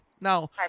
now